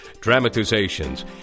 dramatizations